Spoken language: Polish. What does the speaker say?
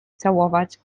całować